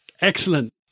excellent